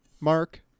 mark